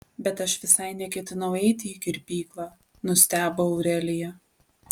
bet aš visai neketinau eiti į kirpyklą nustebo aurelija